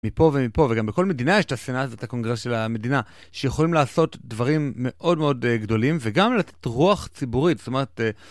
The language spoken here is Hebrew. מפה ומפה, וגם בכל מדינה יש את הסנאט, את הקונגרס של המדינה, שיכולים לעשות דברים מאוד מאוד גדולים, וגם לתת רוח ציבורית, זאת אומרת...